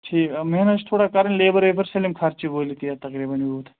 ٹھیٖک محنت چھِ تھوڑا کَرٕنۍ لیبَر ویبَر سٲلِم خرچہِ وٲلِتھ یی اَتھ تقریٖباً یوٗت